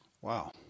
Wow